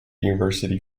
university